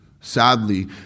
Sadly